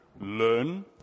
learn